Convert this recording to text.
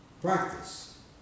practice